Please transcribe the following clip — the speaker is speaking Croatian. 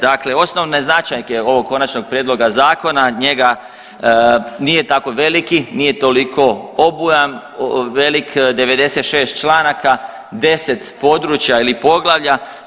Dakle, osnovne značajke ovog konačnog prijedloga zakona njega, nije tako veliki, nije toliko obujam velik, 96 članaka, 10 područja ili poglavlja.